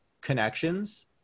connections